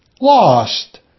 lost